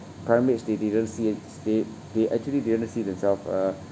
primates they didn't see it they they actually didn't see themselves uh